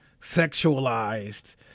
sexualized